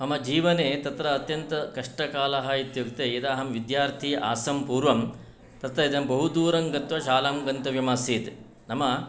मम जीवने तत्र अत्यन्तकष्टकालः इत्युक्ते यदा अहं विद्यार्थी आसं पूर्वं तत्र इदं बहुदूरं गत्वा शालां गन्तव्यम् आसीत् नाम